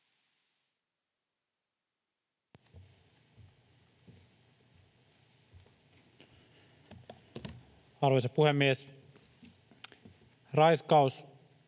Arvoisa puhemies! Raiskaus,